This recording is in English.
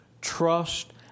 trust